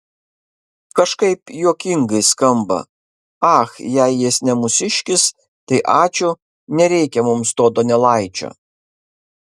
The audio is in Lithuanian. kažkaip juokingai skamba ach jei jis ne mūsiškis tai ačiū nereikia mums to donelaičio